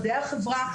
מדעי החברה.